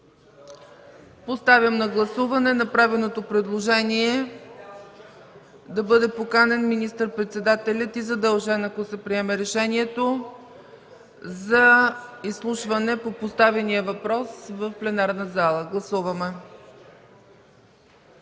Поставям на гласуване направеното предложение да бъде поканен министър-председателят и задължен, ако се приеме решението, за изслушване по поставения въпрос в пленарната зала. Гласуваме.